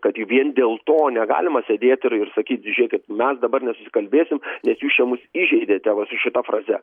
kad vien dėl to negalima sėdėti ir sakyt žiūrėk mes dabar nesusikalbėsim nes jūs čia mus įžedėte va su šita fraze